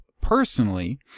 personally